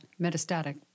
metastatic